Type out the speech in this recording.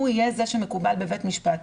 הוא יהיה זה שמקובל בבית משפט.